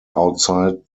outside